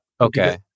Okay